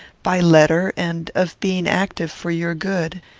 by letter, and of being active for your good.